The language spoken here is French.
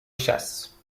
chasse